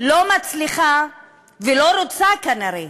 לא מצליחה ולא רוצה כנראה